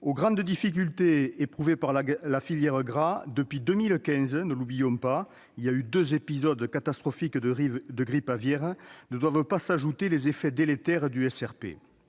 Aux grandes difficultés éprouvées par la filière « gras » depuis 2015- notamment les deux épisodes catastrophiques de grippe aviaire -ne doivent pas s'ajouter les effets délétères du SRP.